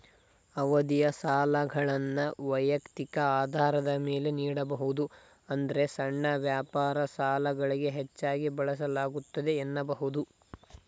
ಅವಧಿಯ ಸಾಲಗಳನ್ನ ವೈಯಕ್ತಿಕ ಆಧಾರದ ಮೇಲೆ ನೀಡಬಹುದು ಆದ್ರೆ ಸಣ್ಣ ವ್ಯಾಪಾರ ಸಾಲಗಳಿಗೆ ಹೆಚ್ಚಾಗಿ ಬಳಸಲಾಗುತ್ತೆ ಎನ್ನಬಹುದು